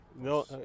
No